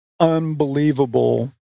unbelievable